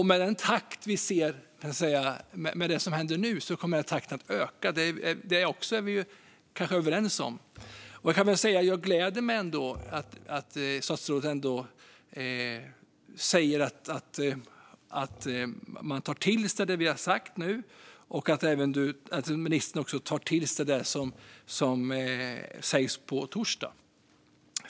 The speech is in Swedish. Med det som händer nu kommer takten att öka. Det är vi kanske överens om. Jag gläder mig ändå över att statsrådet säger att man tar till sig det vi nu har sagt och att ministern tar till sig det som sägs på torsdag.